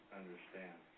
understand